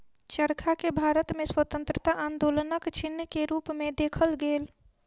चरखा के भारत में स्वतंत्रता आन्दोलनक चिन्ह के रूप में देखल गेल